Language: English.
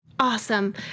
Awesome